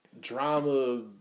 drama